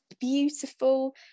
beautiful